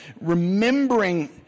Remembering